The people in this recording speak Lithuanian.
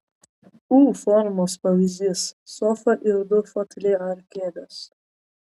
u formos pavyzdys sofa ir du foteliai ar kėdės